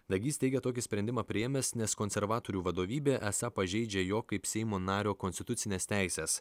dagys teigė tokį sprendimą priėmęs nes konservatorių vadovybė esą pažeidžia jo kaip seimo nario konstitucines teises